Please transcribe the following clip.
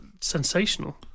sensational